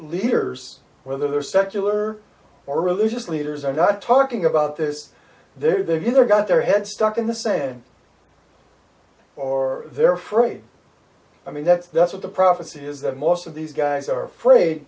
leaders whether they are secular or religious leaders are not talking about this there either got their head stuck in the sand or they're afraid i mean that's that's what the prophecy is that most of these guys are afraid